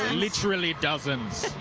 literally dozens.